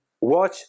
watch